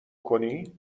کنی